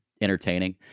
entertaining